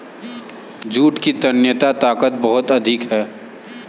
jute की तन्यता ताकत बहुत अधिक है